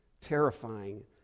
terrifying